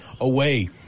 away